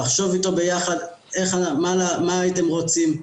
לחשוב איתו ביחד מה הייתם רוצים,